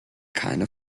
keine